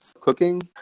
cooking